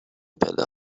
پله